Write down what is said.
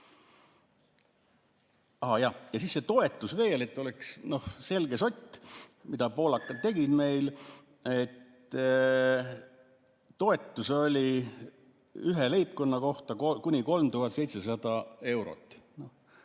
Ja siis see toetus veel, et oleks selge sott, mida poolakad tegid. Toetus oli ühe leibkonna kohta kuni 3700 eurot.